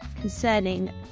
concerning